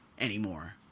anymore